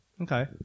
Okay